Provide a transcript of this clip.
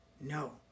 no